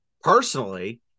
personally